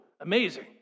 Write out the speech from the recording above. Amazing